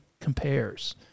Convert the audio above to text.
compares